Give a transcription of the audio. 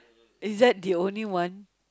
is that the only one